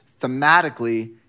thematically